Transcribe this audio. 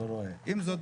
עם זאת,